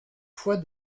fois